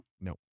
No